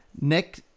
Nick